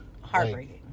Heartbreaking